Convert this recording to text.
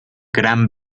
gran